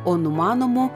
o numanomų